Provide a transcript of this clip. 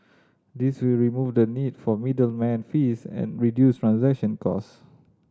this will remove the need for middleman fees and reduce transaction cost